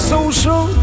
Social